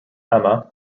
emma